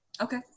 Okay